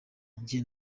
njye